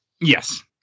Yes